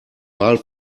wahl